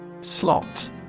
Slot